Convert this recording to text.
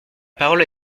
parole